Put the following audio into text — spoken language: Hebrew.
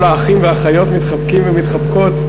כל האחים והאחיות מתחבקים ומתחבקות.